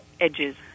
edges